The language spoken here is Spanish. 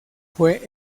fue